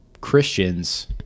Christians